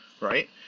right